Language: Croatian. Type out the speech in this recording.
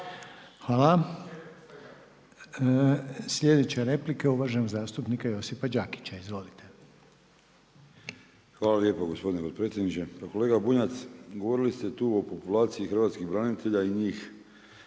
Hvala. Sljedeća replika uvaženog zastupnika Josipa Đakića. Izvolite. **Đakić, Josip (HDZ)** Hvala lijepo gospodine potpredsjedniče. Pa kolega Bunjac, govorili ste tu o populaciji hrvatskih branitelja i njih